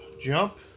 jump